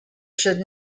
should